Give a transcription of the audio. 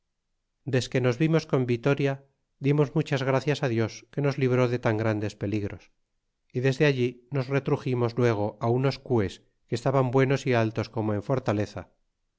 desque nos vimos con vitoria dimos muchas gracias dios que nos libró de tan grandes peligros y desde allí nos retruximos luego unos cues que estaban buenos y altos como en fortaleza